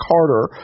Carter